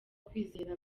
kwizera